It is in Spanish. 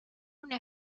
una